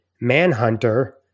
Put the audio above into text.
Manhunter